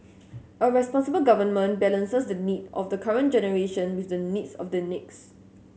a responsible government balances the need of the current generation with the needs of the next